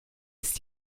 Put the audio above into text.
ist